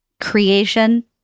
creation